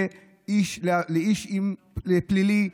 לפלילי,